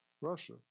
Russia